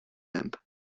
limp